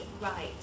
right